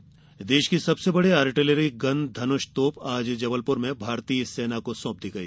धनुष देश की सबसे बड़ी आर्टिलरी गन धनुष तोप आज जबलपुर में भारतीय सेना को सौंप दी गई